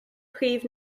prif